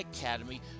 Academy